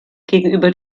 gegenüber